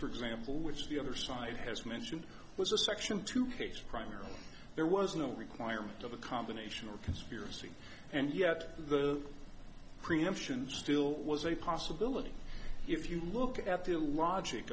for example which the other side has mentioned was a section two case primarily there was no requirement of a combination or conspiracy and yet the preemption still was a possibility if you look at the logic